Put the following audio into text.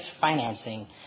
financing